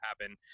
happen